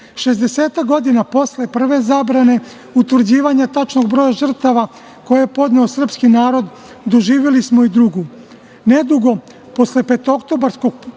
godina posle prve zabrane utvrđivanje tačnog broja žrtava koje je podneo srpski narod doživeli smo i drugu. Nedugo posle petooktobarskog puča